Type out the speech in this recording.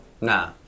Nah